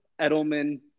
Edelman